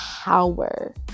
power